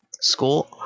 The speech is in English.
school